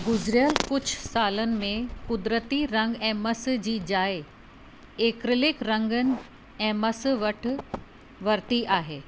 गुज़रियल कुझु सालनि में क़ुदरती रंग ऐं मस जी जाइ ऐक्रेलिक रंगनि ऐं मस वठ वरती आहे